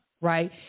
right